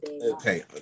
okay